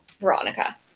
Veronica